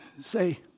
Say